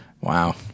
Wow